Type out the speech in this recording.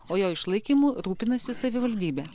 o jo išlaikymu rūpinasi savivaldybė